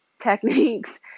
techniques